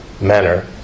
manner